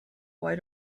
why